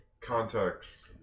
context